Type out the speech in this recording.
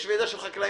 יש ועידה של חקלאים.